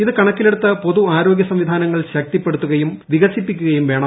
ഇത് കണക്കില്പ്ടുത്ത് പൊതു ആരോഗ്യ സംവിധാനങ്ങൾ ശക്തിപ്പെടുത്തുകയൂകൃവിക്സിപ്പിക്കുകയും വേണം